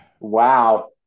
wow